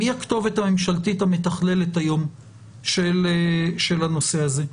מי הכתובת הממשלתית המתכללת היום של הנושא הזה?